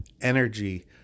energy